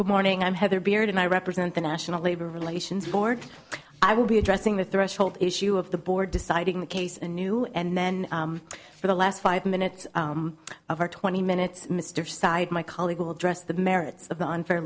good morning i'm heather beard and i represent the national labor relations board i will be addressing the threshold issue of the board deciding the case and new and then for the last five minutes of our twenty minutes mr side my colleague will dress the merits of the unfair